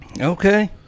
Okay